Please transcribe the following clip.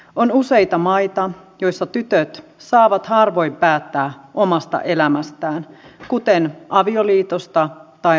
on useita maita joissa tytöt saavat harvoin päättää omasta elämästään kuten avioliitosta tai raskaudesta